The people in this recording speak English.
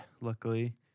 Luckily